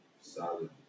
solid